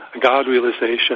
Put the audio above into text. God-realization